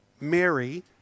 Mary